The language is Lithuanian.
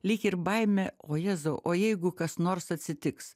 lyg ir baimė o jėzau o jeigu kas nors atsitiks